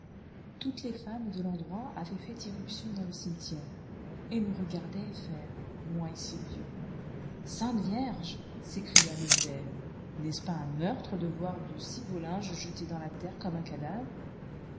toutes les femmes de l'endroit avaient fait irruption dans le cimetière et nous regardaient faire moi et sylvio sainte vierge s'écria l'une d'elles n'est-ce pas un meurtre de voir de si beau linge jeté dans la terre comme un cadavre